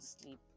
sleep